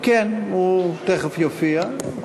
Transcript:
כן, הוא תכף יופיע.